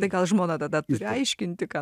tai gal žmona tada turi aiškinti ką